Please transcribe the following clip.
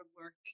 work